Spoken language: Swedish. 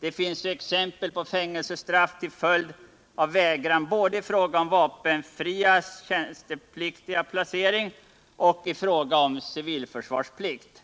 Det finns ju exempel på fängelsestraff till följd av vägran både i fråga om vapenfria tjänstepliktigas krigsplacering och i fråga om civilförsvarsplikt.